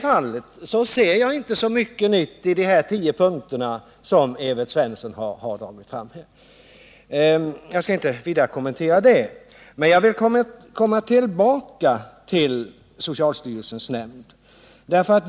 Jag ser inte så mycket nytt i de här tio punkterna som Evert Svensson har anfört här. Det skall jag inte kommentera vidare. Men jag vill komma tillbaka till socialstyrelsens nämnd.